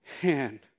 hand